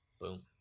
Boom